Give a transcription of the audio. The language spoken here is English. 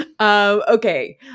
Okay